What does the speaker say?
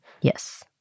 Yes